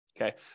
Okay